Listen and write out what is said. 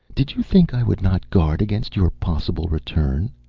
did you think i would not guard against your possible return?